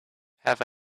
have